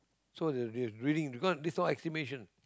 so they they'll be reading because this all estimation